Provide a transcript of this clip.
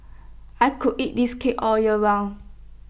I could eat this cake all year round